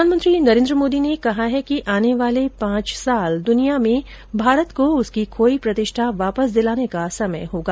प्रधानमंत्री नरेन्द्र मोदी ने कहा है कि आने वाले पांच वर्ष दुनिया में भारत को उसकी खोई प्रतिष्ठा वापस दिलाने का समय होगा